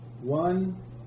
One